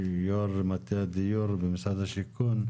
יו"ר מטה הדיור במשרד השיכון.